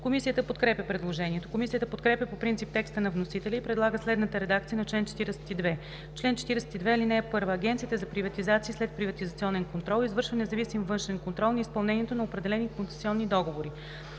Комисията подкрепя предложението. Комисията подкрепя по принцип текста на вносителя и предлага следната редакция на чл. 42: „Чл. 42. (1) Агенцията за приватизация и следприватизационен контрол извършва независим външен контрол на изпълнението на определени концесионни договори.